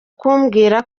kumbwira